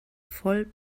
voll